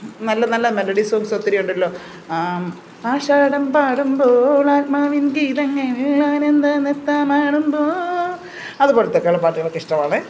നല്ല നല്ല മെലഡി സോങ്ങ്സൊത്തിരി ഉണ്ടല്ലോ ആഷാഢം പാടുമ്പോൾ ആത്മാവിൻ ഗീതങ്ങൾ ആനന്ദ നൃത്തമാടുമ്പോൾ അതുപോലെത്തെ ഒക്കെയുള്ള പാട്ടുകളൊക്കെ ഇഷ്ടമാണ്